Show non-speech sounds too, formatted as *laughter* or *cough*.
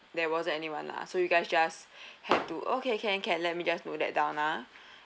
there wasn't anyone lah so you guys just *breath* have to okay can okay let me just note that down ah